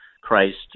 Christ